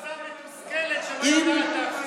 קבוצה מתוסכלת שלא יודעת להפסיד.